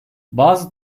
bazı